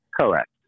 Correct